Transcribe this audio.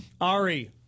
ari